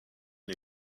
une